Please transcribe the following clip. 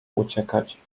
uciekać